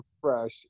fresh